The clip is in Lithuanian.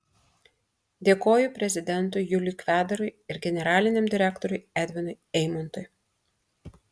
dėkoju prezidentui juliui kvedarui ir generaliniam direktoriui edvinui eimontui